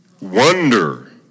wonder